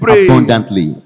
abundantly